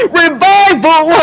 revival